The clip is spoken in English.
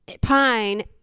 Pine